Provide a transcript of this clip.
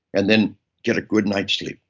and then get a good night's sleep.